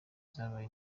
zabaye